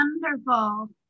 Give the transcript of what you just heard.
Wonderful